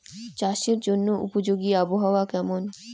চাষের জন্য উপযোগী আবহাওয়া কেমন?